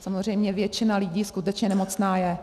Samozřejmě většina lidí skutečně nemocná je.